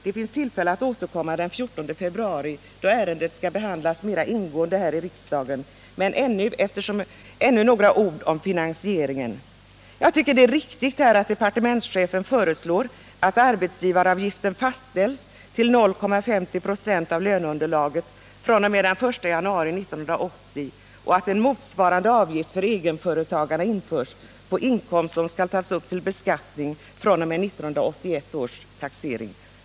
Det finns tillfälle att återkomma den 14 februari, då ärendet skall behandlas mer ingående här i riksdagen. Men jag vill säga ytterligare några ord om finansieringen. Jag tycker det är riktigt att departementschefen föreslår att arbetsgivaravgiften fastställs till 0,50 926 av löneunderlaget fr.o.m. den 1 januari 1980 och att motsvarande avgift för egenföretagare införs på inkomst som skall tas upp till beskattning fr.o.m. 1981 års taxering.